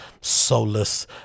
soulless